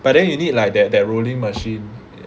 but then you need like that that rolling machine